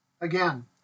Again